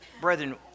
Brethren